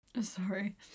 Sorry